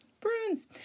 Prunes